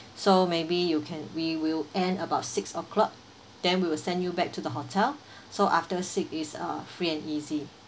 so maybe you can we will end about six o'clock then we will send you back to the hotel so after six is uh free and easy